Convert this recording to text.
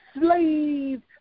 slave